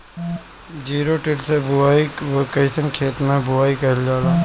Zero till से बुआई कयिसन खेते मै बुआई कयिल जाला?